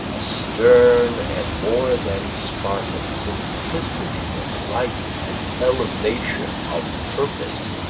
a stern and more than spartan simplicity of life and elevation of purpose.